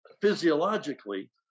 physiologically